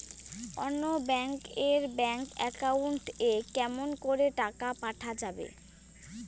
অন্য ব্যাংক এর bank account এ কেমন করে টাকা পাঠা যাবে?